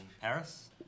Paris